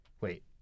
Wait